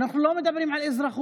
אנחנו לא מדברים על אזרחות,